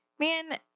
Man